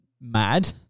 mad